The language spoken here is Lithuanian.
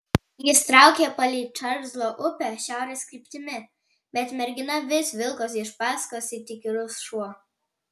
jis traukė palei čarlzo upę šiaurės kryptimi bet mergina vis vilkosi iš paskos it įkyrus šuo